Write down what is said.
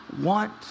want